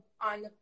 on